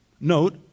note